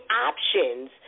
options